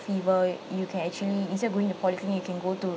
fever you can actually instead of going to polyclinic you can go to